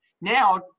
now